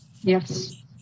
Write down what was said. Yes